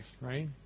right